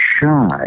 shy